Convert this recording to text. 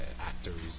actors